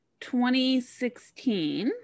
2016